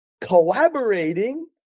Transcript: collaborating